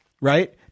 right